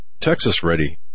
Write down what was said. TexasReady